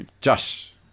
Josh